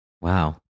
Wow